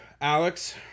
alex